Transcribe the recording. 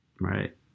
right